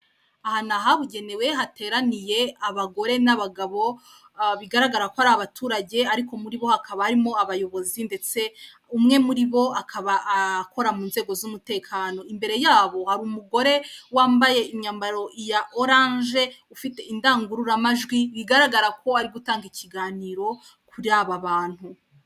Aha ni ahabugenewe hateraniye abagore n'abagabo bigaragara ko ari abaturage ariko muri bo hakaba harimo abayobozi ndetse umwe muri bo aka akora mu nzego z'umutekano. Imbere yabo hari umugore wambaye imyambaro ya orange ufite indangururamajwi bigaragara ko ari gutanga ikiganiro kuri aba bantu.